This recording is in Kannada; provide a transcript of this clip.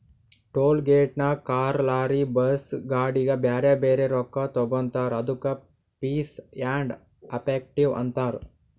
ಟೋಲ್ ಗೇಟ್ನಾಗ್ ಕಾರ್, ಲಾರಿ, ಬಸ್, ಗಾಡಿಗ ಬ್ಯಾರೆ ಬ್ಯಾರೆ ರೊಕ್ಕಾ ತಗೋತಾರ್ ಅದ್ದುಕ ಫೀಸ್ ಆ್ಯಂಡ್ ಎಫೆಕ್ಟಿವ್ ಅಂತಾರ್